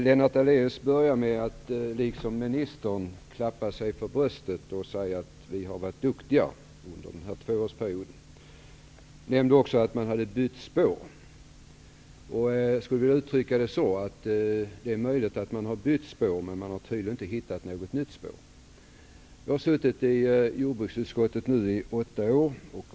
Herr talman! Lennart Daléus, liksom ministern, inledde med att slå sig för bröstet och säga att de har varit duktiga under den här tvåårsperioden. Han nämnde också att man hade bytt spår. Det är möjligt att man har bytt spår, men man har tydligen inte hittat något nytt. Jag har nu varit ledamot av jordbruksutskottet i åtta år.